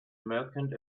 merchant